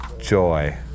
joy